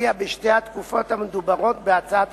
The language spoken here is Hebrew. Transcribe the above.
שלפיה בשתי התקופות המדוברות בהצעת